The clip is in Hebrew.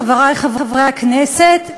חברי חברי הכנסת,